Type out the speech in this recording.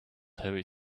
heavy